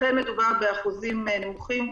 אכן מדובר באחוזים נמוכים.